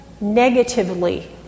negatively